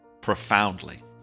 Profoundly